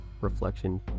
reflection